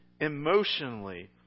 emotionally